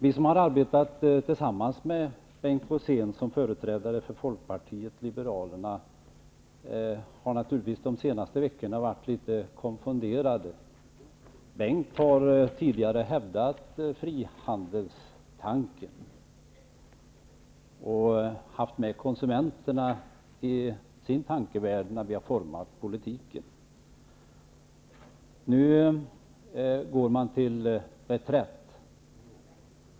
Vi som har arbetat tillsammans med Bengt Rosén i hans egenskap av företrädare för Folkpartiet liberalerna har naturligtvis varit litet konfundrade de senaste veckorna. Bengt Rosén har tidigare hävdat frihandelstanken och även haft med tanken på konsumenterna när vi format politiken. Nu går han till reträtt.